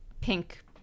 pink